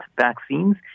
vaccines